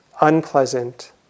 unpleasant